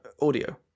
audio